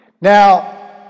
Now